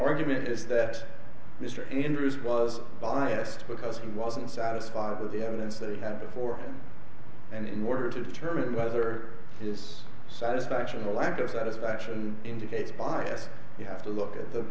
argument is that mr andrews was biased because he wasn't satisfied with the evidence that he had before and in order to determine whether his satisfaction or lack of satisfaction indicate a bias you have to look at the